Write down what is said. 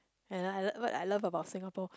and I love what I love about Singapore